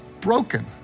broken